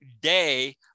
day